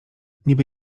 niby